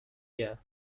year